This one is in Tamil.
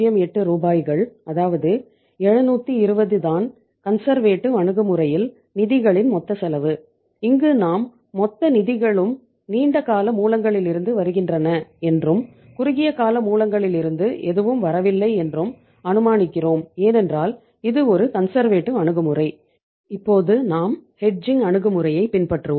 08 ரூபாய்கள் அதாவது 720 தான் கன்சர்வேட்டிவ் அணுகுமுறையை பின்பற்றுவோம்